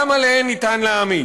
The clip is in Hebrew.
גם עליהן ניתן להעמיד.